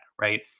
right